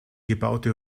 gebaute